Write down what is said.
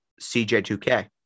CJ2K